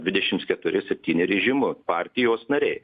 dvidešims keturi septyni režimu partijos nariai